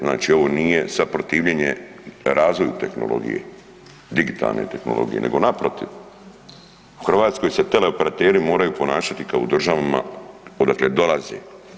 Znači ono nije sad protivljenje razvoju tehnologije, digitalne tehnologije, nego naprotiv u Hrvatskoj se teleoperateri moraju ponašati kao u državama odakle dolaze.